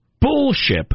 Bullshit